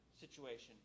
situation